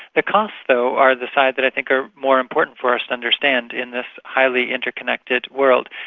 the costs though are the side that i think are more important for us to understand in this highly interconnected world.